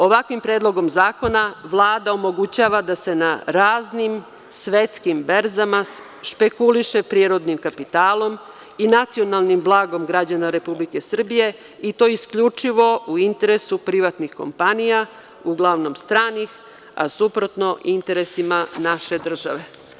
Ovakvim predlogom zakona, Vlada omogućava da se na raznim svetskim berzama špekuliše prirodnim kapitalom i nacionalnim blagom građana Republike Srbije i to isključivo u interesu privatnih kompanija, uglavnom stranih, suprotno interesima naše države.